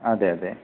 അതെ അതെ